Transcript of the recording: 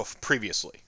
previously